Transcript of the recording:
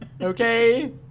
Okay